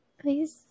Please